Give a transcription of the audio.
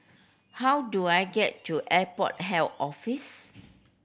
how do I get to Airport Health Office